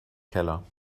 keller